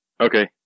Okay